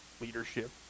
leadership